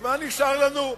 אז מה נשאר לנו?